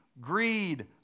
greed